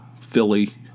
Philly